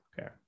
okay